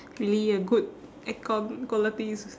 really a good aircon qualities